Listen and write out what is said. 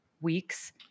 weeks